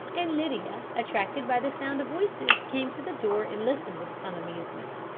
and lydia, attracted by the sound of voices, came to the door and listened with some amusement.